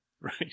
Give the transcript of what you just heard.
right